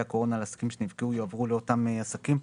הקורונה לעסקים שנפגעו יועברו לאותם עסקים,